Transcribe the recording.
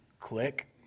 click